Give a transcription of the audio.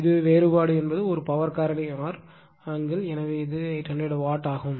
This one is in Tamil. இது வேறுபாடு என்பது ஒரு பவர் காரணி R ஆங்கிள் எனவே இது 800 வாட் ஆகும்